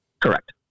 Correct